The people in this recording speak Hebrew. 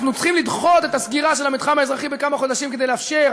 אנחנו צריכים לדחות את הסגירה של המתחם האזרחי בכמה חודשים כדי לאפשר,